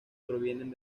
provienen